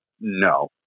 no